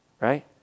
Right